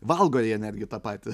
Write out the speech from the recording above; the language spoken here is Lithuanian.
valgo jie netgi tą patį